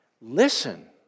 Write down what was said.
listen